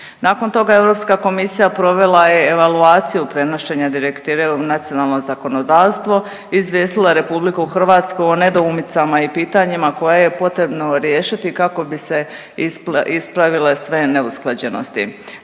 Nakon toga Europska komisija provela je evoluciju prenošenja direktive u nacionalno zakonodavstvo i izvijestila RH o nedoumicama i pitanjima koja je potrebno riješiti kako bi se ispravile sve neusklađenosti.